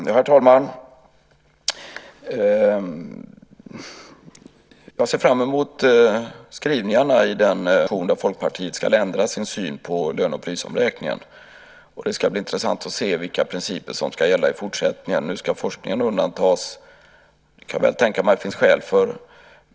Herr talman! Jag ser fram emot skrivningarna i den motion där Folkpartiet ska ändra sin syn på löne och prisomräkningen. Det ska bli intressant att se vilka principer som ska gälla i fortsättningen. Nu ska forskningen undantas, och det kan jag väl tänka mig att det finns skäl för.